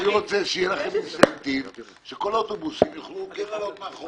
אני רוצה שיהיה לכם אינסנטיב שבכל האוטובוסים יוכלו כן לעלות מאחורה.